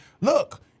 Look